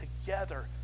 together